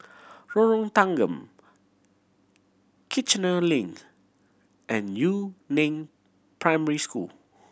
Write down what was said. Lorong Tanggam Kiichener Link and Yu Neng Primary School